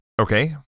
Okay